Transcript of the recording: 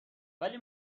ولی